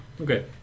Okay